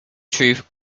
truth